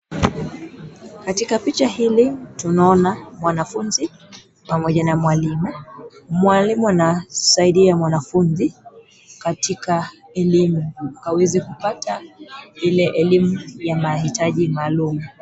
Katika picha hili tunaona mwanafunzi pamoja na mwalimu. Mwalimu anasaidia mwanafunzi katika elimu aweze kupata ile elimu ya mahitaji maalum.